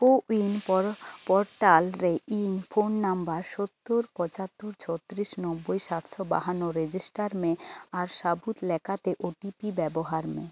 ᱠᱳ ᱩᱭᱤᱱ ᱯᱨᱳᱴᱟᱞ ᱨᱮ ᱤᱧ ᱯᱷᱳᱱ ᱱᱟᱢᱵᱟᱨ ᱥᱳᱛᱛᱳᱨ ᱯᱚᱸᱪᱟᱛᱚᱨ ᱪᱷᱚᱛᱤᱨᱤᱥ ᱱᱚᱵᱽᱚᱭ ᱥᱟᱛᱥᱚ ᱵᱟᱦᱟᱱᱱᱚ ᱨᱮᱡᱤᱥᱴᱟᱨ ᱢᱮ ᱟᱨ ᱥᱟᱹᱵᱩᱫ ᱞᱮᱠᱟᱛᱮ ᱳ ᱴᱤ ᱯᱤ ᱵᱮᱵᱚᱦᱟᱨ ᱢᱮ